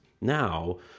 now